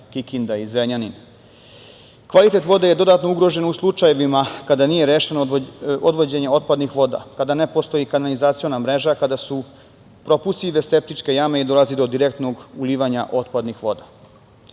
neispravnu vodu. Kvalitet vode je dodatno ugrožen u slučajevima kada nije rešeno odvođenje otpadnih voda, kada ne postoji kanalizaciona mreža, kada su propustljive septičke jame i dolazi do direktnog ulivanja otpadnih voda.